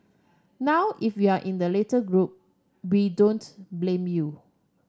now if you're in the latter group we don't blame you